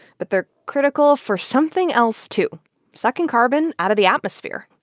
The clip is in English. but they're critical for something else, too sucking carbon out of the atmosphere.